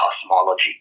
cosmology